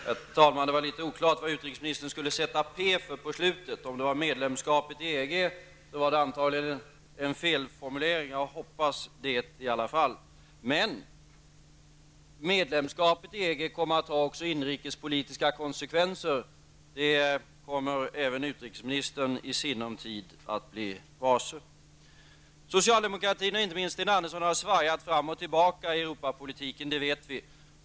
Herr talman! Det var litet oklart vad utrikesministern på slutet skulle sätta p för. Om det var medlemskapet i EG, så var det antagligen en felformulering. Jag hoppas i alla fall det. Medlemskapet i EG kommer emellertid att ha också inrikespolitiska konsekvenser. Det kommer även utrikesministern i sinom tid att bli varse. Socialdemokratin och inte minst Sten Andersson har svajat fram och tillbaka i Europapolitiken, det vet vi.